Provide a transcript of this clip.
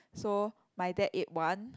so my dad ate one